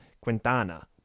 Quintana